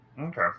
Okay